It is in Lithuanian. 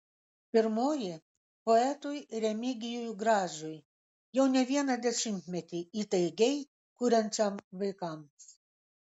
pirmoji poetui remigijui gražiui jau ne vieną dešimtmetį įtaigiai kuriančiam vaikams